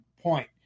point